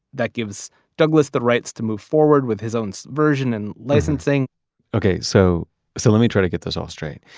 that gives douglas the rights to move forward with his own version and licensing okay. so so let me try to get this all straight.